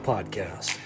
Podcast